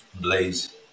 blaze